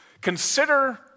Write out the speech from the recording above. Consider